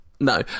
No